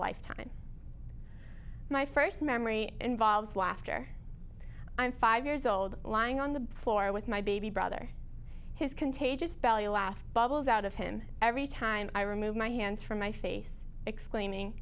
lifetime my first memory involves laughter i'm five years old lying on the floor with my baby brother his contagious belly laugh bubbles out of him every time i remove my hands from my face exclaiming